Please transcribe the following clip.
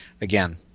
again